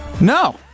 No